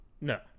No